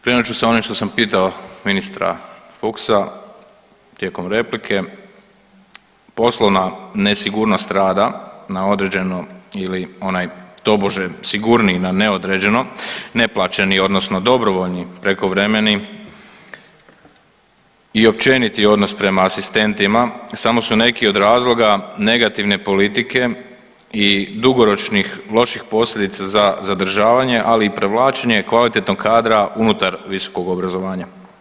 Krenut ću sa onim što sam pitao ministra Fuchsa tijekom replike, poslovna nesigurnost rada na određeno ili onaj tobože sigurniji na neodređeno, neplaćeni odnosno dobrovoljni prekovremeni i općeniti odnos prema asistentima samo su neki od razloga negativne politike i dugoročnih loših posljedica za zadržavanje, ali i privlačenje kvalitetnog kadra unutar visokog obrazovanja.